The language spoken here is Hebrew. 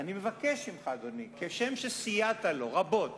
אני מבקש ממך, אדוני, כשם שסייעת לו רבות